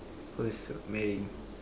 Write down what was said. who's marrying